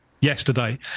yesterday